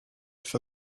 for